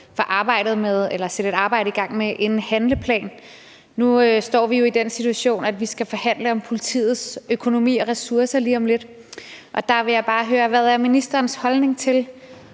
for at sætte et arbejde i gang med en handleplan. Nu står vi jo i den situation, at vi skal forhandle om politiets økonomi og ressourcer lige om lidt. Der vil jeg bare høre: Hvad er ministerens holdning til